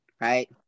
right